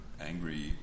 angry